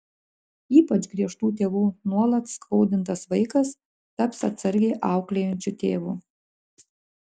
ypač griežtų tėvų nuolat skaudintas vaikas taps atsargiai auklėjančiu tėvu